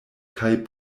kaj